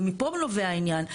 ומפה נובע העניין.